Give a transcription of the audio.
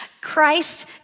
Christ